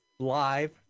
Live